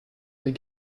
des